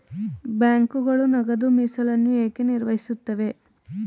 ಬ್ಯಾಂಕುಗಳು ನಗದು ಮೀಸಲನ್ನು ಏಕೆ ನಿರ್ವಹಿಸುತ್ತವೆ?